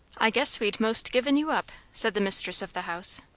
i guess we'd most given you up, said the mistress of the house,